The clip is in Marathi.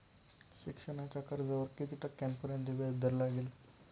शिक्षणाच्या कर्जावर किती टक्क्यांपर्यंत व्याजदर लागेल?